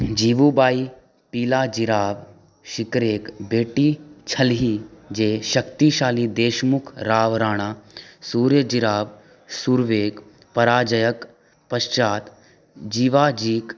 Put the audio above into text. जिवुबाइ पिलाजीराव शिकरेके बेटी छलीह जे शक्तिशाली देशमुख राव राणा सूर्यजीराव सुर्वेके पराजयके पश्चात जिवाजीके